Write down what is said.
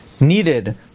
needed